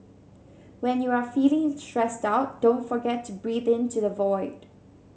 when you are feeling stressed out don't forget to breathe into the void